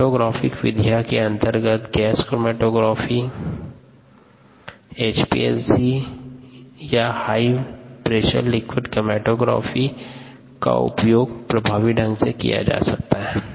chromatographic विधियों के अंतर्गत गैस क्रोमैटोग्राफी एचपीएलसी या हाई प्रेशर लिक्विड क्रोमैटोग्राफी का उपयोग प्रभावी ढंग से किया जाता है